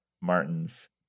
Martin's